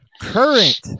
current